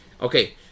Okay